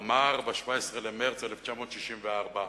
אמר ב-17 במרס 1964,